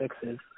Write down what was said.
fixes